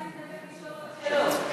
אני מוכנה להתנדב לשאול עוד שאלות.